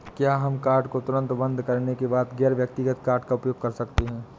क्या हम कार्ड को तुरंत बंद करने के बाद गैर व्यक्तिगत कार्ड का उपयोग कर सकते हैं?